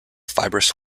fibrous